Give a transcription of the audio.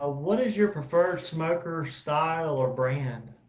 ah what is your preferred smoker style or brand?